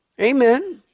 Amen